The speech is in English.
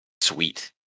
Sweet